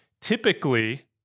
typically